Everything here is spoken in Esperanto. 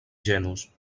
ĝenus